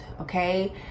okay